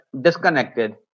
disconnected